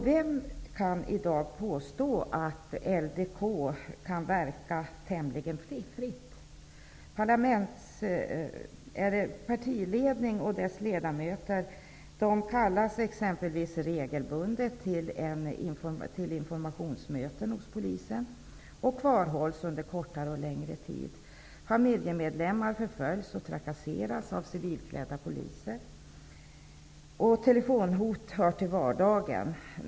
Vem kan i dag påstå att LDK kan verka tämligen fritt? Partiledningen och dess ledamöter kallas exempelvis regelbundet till informationsmöten hos polisen och kvarhålls under kortare eller längre tid. Familjemedlemmar förföljs och trakasseras av civilklädda poliser, och telefonhot hör till vardagen.